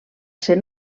ser